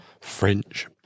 French